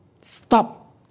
Stop